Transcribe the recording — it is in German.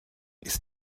ist